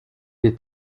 est